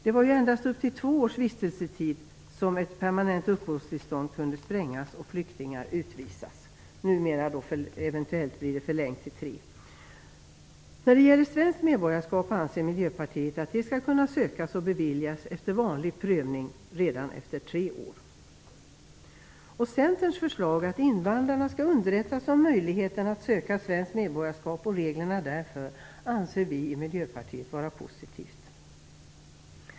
Det var endast under upp till två års vistelsetid som ett permanent uppehållstillstånd kunde sprängas och flyktingar utvisas. Nu blir det eventuellt förlängt till tre år. När det gäller svenskt medborgarskap anser Miljöpartiet att det skall kunna sökas och beviljas efter vanlig prövning redan efter tre år. Centerns förslag att invandrarna skall underrättas om möjligheten att söka svenskt medborgarskap och reglerna härför anser vi i Miljöpartiet vara positivt.